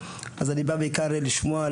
אז אני בא בעיקר לשמוע,